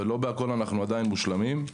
ולא בכול אנחנו עדיין מושלמים.